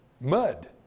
mud